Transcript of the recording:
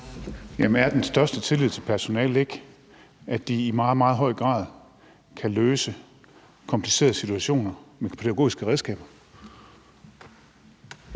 er den største tillid til personalet ikke, at man anerkender, at det i meget, meget høj grad kan løse komplicerede situationer med pædagogiske redskaber?